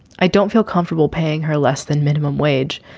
i don't feel comfortable paying her less than minimum wage.